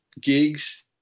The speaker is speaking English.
gigs